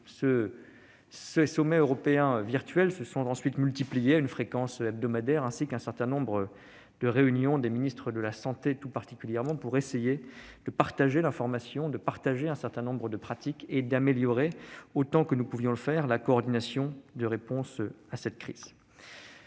Les sommets européens virtuels se sont ensuite multipliés, à une fréquence hebdomadaire, ainsi qu'un certain nombre de réunions des ministres de la santé, tout particulièrement pour essayer de partager l'information et un certain nombre de pratiques, mais aussi d'améliorer autant que nous pouvions le faire la coordination des réponses à la crise.